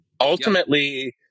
Ultimately